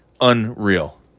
Unreal